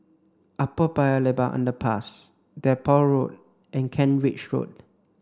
Upper Paya Lebar Underpass Depot Road and Kent Ridge Road